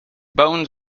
bones